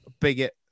bigot